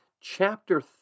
chapter